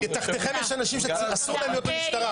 מתחתיכם יש אנשים שאסור להם להיות במשטרה,